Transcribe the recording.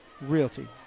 Realty